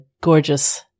gorgeous